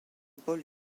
paul